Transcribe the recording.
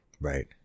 Right